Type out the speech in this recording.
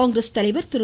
காங்கிரஸ் தலைவர் திரு